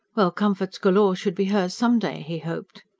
well, comforts galore should be hers some day, he hoped.